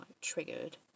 triggered